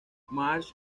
marge